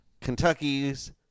Kentucky's